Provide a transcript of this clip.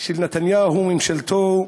של נתניהו וממשלתו,